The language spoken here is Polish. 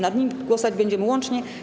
Nad nimi głosować będziemy łącznie.